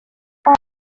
all